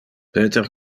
peter